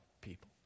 people